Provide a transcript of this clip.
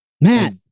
Matt